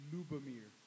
Lubomir